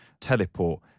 teleport